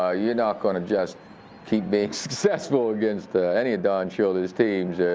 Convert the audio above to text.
ah yeah not gonna just keep being successful against any of don shula's teams.